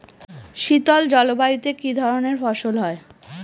শীতল জলবায়ুতে কি ধরনের ফসল হয়?